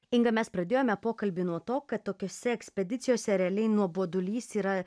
inga mes pradėjome pokalbį nuo to kad tokiose ekspedicijose realiai nuobodulys yra